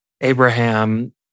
Abraham